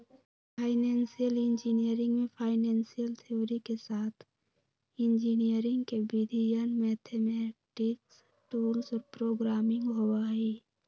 financial engineering में financial theory के साथ इंजीनियरिंग के विधियन, मैथेमैटिक्स टूल्स और प्रोग्रामिंग होबा हई